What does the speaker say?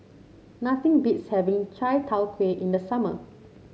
nothing beats having Chai Tow Kuay in the summer